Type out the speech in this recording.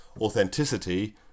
authenticity